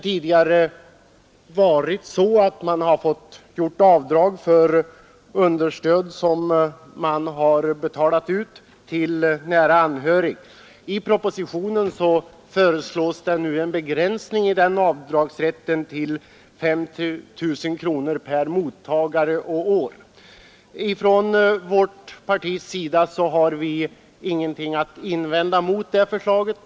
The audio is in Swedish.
Tidigare har man fått göra avdrag för frivilligt understöd som betalats ut till nära anhöring. I propositionen föreslås nu en begränsning i den avdragsrätten till 5 000 per mottagare och år. Från vårt partis sida har vi ingenting att invända mot det förslaget.